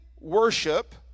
worship